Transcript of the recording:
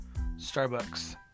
Starbucks